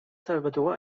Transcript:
salvador